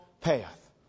path